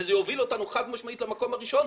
וזה יוביל אותנו חד משמעית למקום הראשון,